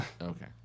Okay